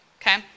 okay